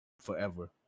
forever